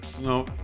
No